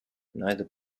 neither